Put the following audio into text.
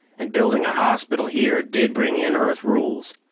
and building a hospital here did bring in earth rules.